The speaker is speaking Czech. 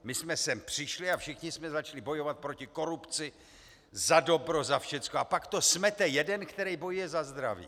My jsme sem přišli a všichni jsme začali bojovat proti korupci, za dobro, za všechno, a pak to smete jeden, který bojuje za zdraví.